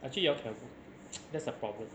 actually you all can that's the problem